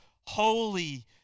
holy